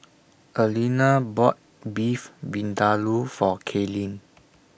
Alena bought Beef Vindaloo For Kaylene